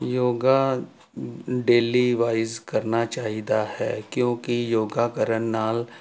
yoga daily wise ਕਰਨਾ ਚਾਹੀਦਾ ਹੈ ਕਿਉਂਕਿ ਯੋਗਾ ਕਰਨ ਨਾਲ